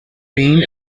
been